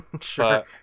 Sure